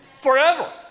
forever